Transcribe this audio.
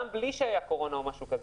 גם בלי שהיה קורונה וכד'.